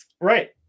Right